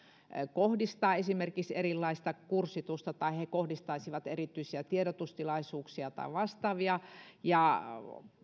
kohdistaa esimerkiksi erilaista kurssitusta tai he kohtaisivat erityisiä tiedotustilaisuuksia tai vastaavia ja